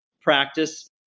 practice